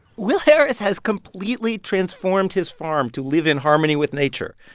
will harris has completely transformed his farm to live in harmony with nature.